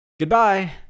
Goodbye